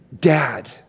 Dad